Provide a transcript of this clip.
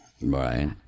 Right